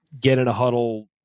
get-in-a-huddle